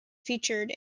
featured